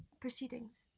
proceedings?